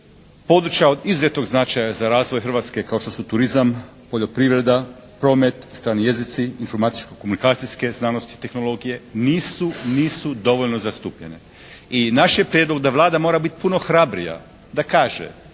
područja od izuzetnog značaja za razvoj Hrvatske kao što su turizam, poljoprivreda, promet, strani jezici, informatičko-komunikacijske znanosti i tehnologije nisu dovoljno zastupljene. I naš je prijedlog da Vlada mora biti puno hrabrija da kaže